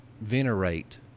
venerate